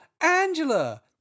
Angela